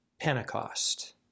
Pentecost